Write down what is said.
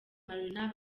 marina